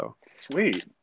Sweet